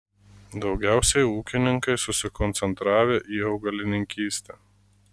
daugiausiai ūkininkai susikoncentravę į augalininkystę